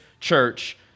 church